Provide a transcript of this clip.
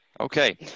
Okay